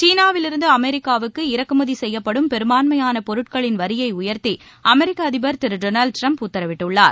சீனாவிலிருந்து அமெரிக்காவுக்கு இறக்குமதி செய்யப்படும் பெரும்பான்மையான பொருட்களின் வரியை உயர்த்தி அமெரிக்க அதிபர் திரு டொனால்டு டிரம்ப் உத்தரவிட்டுள்ளார்